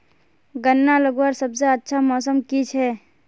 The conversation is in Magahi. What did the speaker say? गन्ना लगवार सबसे अच्छा मौसम की छे?